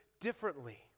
differently